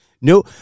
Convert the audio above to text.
No